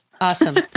Awesome